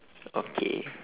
okay